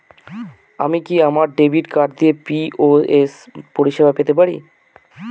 আমি কি আমার ডেবিট কার্ড দিয়ে পি.ও.এস পরিষেবা পেতে পারি?